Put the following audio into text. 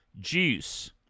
juice